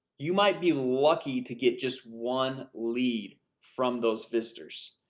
you might be lucky to get just one lead from those visitors.